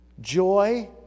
Joy